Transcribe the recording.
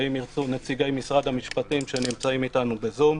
ואם ירצו להתייחס לזה נציגי משרד המשפטים שנמצאים איתנו בזום.